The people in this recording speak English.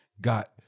got